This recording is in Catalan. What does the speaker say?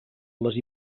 les